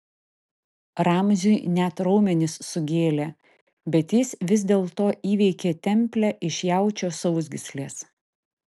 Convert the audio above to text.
ramziui net raumenis sugėlė bet jis vis dėlto įveikė templę iš jaučio sausgyslės